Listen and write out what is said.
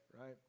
right